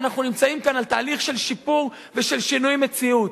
אנחנו נמצאים כאן בתהליך של שיפור ושל שינוי מציאות.